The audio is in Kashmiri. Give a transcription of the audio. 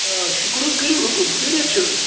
آ شُکُر حظ کٔرو حُکُم خٲرتھ چھُ حظ